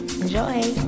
enjoy